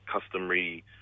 customary